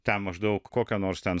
ten maždaug kokia nors ten